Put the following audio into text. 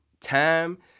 time